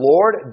Lord